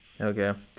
Okay